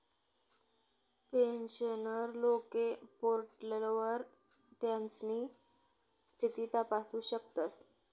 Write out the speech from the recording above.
pensioner लोके पोर्टलवर त्यास्नी स्थिती तपासू शकतस